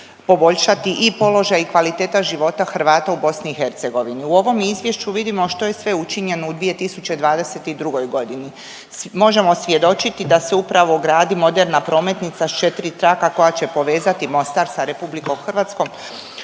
poboljšati i položaj i kvaliteta života Hrvata u BIH. U ovom izvješću vidimo što je sve učinjeno u 2022. godini. Možemo svjedočiti da se upravo gradi moderna prometnica s 4 traka koja će povezati Mostar sa RH u duljini od 60 km